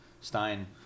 Stein